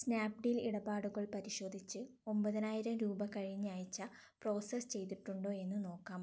Snapdeal ഇടപാടുകൾ പരിശോധിച്ച് ഒമ്പതിനായിരം രൂപ കഴിഞ്ഞ ആഴ്ച പ്രോസസ്സ് ചെയ്തിട്ടുണ്ടോ എന്ന് നോക്കാമോ